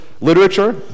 literature